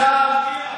למשפט,